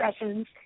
sessions